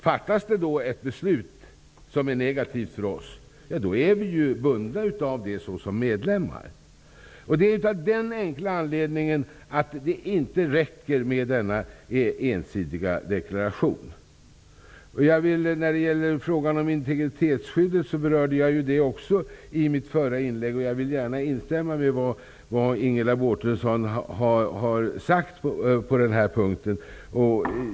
Fattas det ett beslut som är negativt för oss, är vi bundna av det såsom medlemmar. Det är av den enkla anledningen som det inte räcker med en ensidig deklaration. Jag berörde också integritetsskyddet i mitt förra inlägg. Jag vill gärna instämma i vad Ingela Mårtensson har sagt på denna punkt.